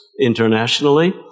internationally